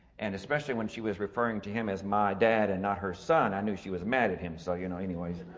and especially when she was referring to him as my dad and not her son, i knew she was mad at him. so you know